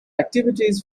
activities